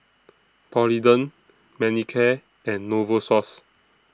Polident Manicare and Novosource